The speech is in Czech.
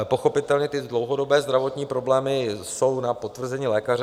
Pochopitelně ty dlouhodobé zdravotní problémy jsou na potvrzení lékaře.